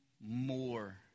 more